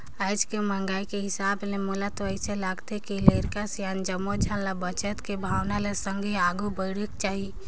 आज के महंगाई के हिसाब ले मोला तो अइसे लागथे के लरिका, सियान जम्मो झन ल बचत के भावना ले संघे आघु बढ़ेक चाही